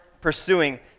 pursuing